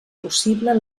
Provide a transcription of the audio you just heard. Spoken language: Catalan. possible